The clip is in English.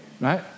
Right